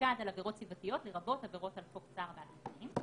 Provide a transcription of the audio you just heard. שמופקד על עבירות סביבתיות לרבות עבירות על חוק צער בעלי חיים.